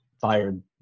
fired